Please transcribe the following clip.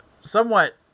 somewhat